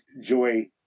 joy